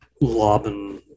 lobbing